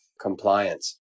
compliance